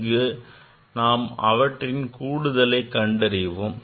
இங்கு நாம் அவற்றின் கூடுதலை கண்டறிவோம்